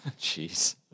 Jeez